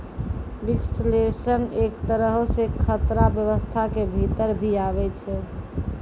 विश्लेषण एक तरहो से खतरा व्यवस्था के भीतर भी आबै छै